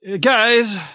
Guys